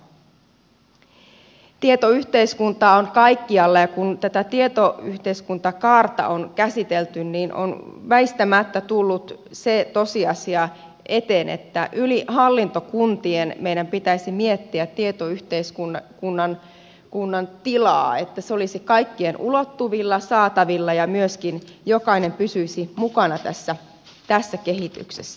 tietoyhteiskunta on kaikkialla ja kun tätä tietoyhteiskuntakaarta on käsitelty niin on väistämättä tullut se tosiasia eteen että yli hallintokuntien meidän pitäisi miettiä tietoyhteiskunnan tilaa että se olisi kaikkien ulottuvilla saatavilla ja myöskin jokainen pysyisi mukana tässä kehityksessä